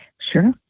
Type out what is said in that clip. Sure